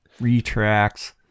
Retracts